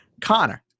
Connor